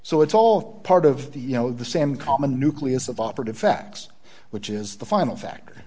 so it's all part of the you know the same common nucleus of operative facts which is the final factor